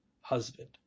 husband